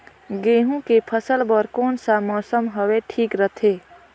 गहूं के फसल बर कौन सा मौसम हवे ठीक रथे?